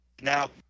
now